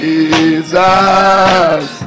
Jesus